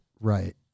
right